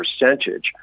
percentage